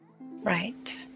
Right